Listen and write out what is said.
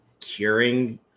curing